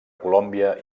colòmbia